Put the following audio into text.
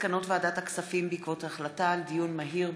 מסקנות ועדת הכספים בעקבות דיון מהיר